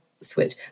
switch